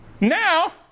Now